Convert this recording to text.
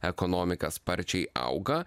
ekonomika sparčiai auga